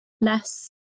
less